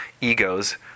egos